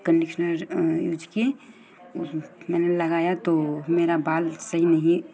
conditioner use की मैने लगाया तो मेरा बाल सही नहीं